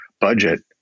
budget